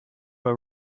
her